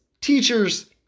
teachers